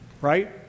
right